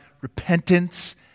Repentance